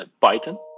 python